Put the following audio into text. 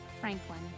Franklin